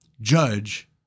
judge